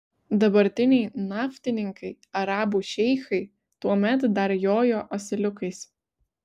dabartiniai naftininkai arabų šeichai tuomet dar jojo asiliukais